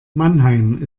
mannheim